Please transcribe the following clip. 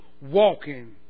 walking